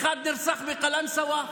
אחד נרצח בקלנסואה,